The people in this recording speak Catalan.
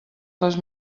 les